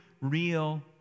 real